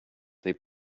they